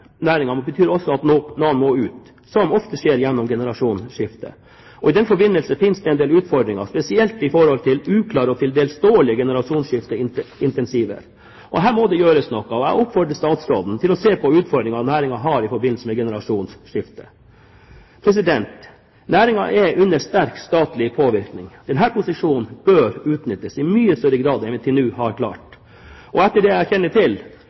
betyr også at noen må ut, og det skjer ofte gjennom generasjonsskifte. I den forbindelse fins det en del utfordringer, spesielt i tilknytning til uklare og til dels dårlige generasjonsskifteincentiver. Her må det gjøres noe. Jeg oppfordrer statsråden til å se på de utfordringene næringen har i forbindelse med generasjonsskifte. Næringen er under sterk statlig påvirkning. Denne posisjonen bør utnyttes i mye større grad enn det vi til nå har klart. Etter det jeg kjenner til,